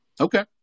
Okay